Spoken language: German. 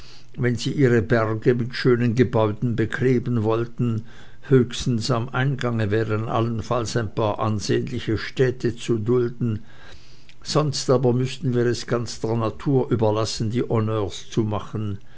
wenn sie ihre berge mit schönen gebäuden bekleben wollten höchstens am eingange wären allenfalls ein paar ansehnliche städte zu dulden sonst aber müßten wir es ganz der natur überlassen die honneurs zu machen